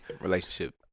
relationship